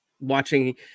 Watching